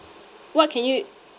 what can you